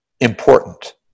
important